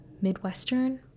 Midwestern